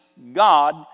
God